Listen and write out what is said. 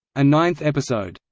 a ninth episode,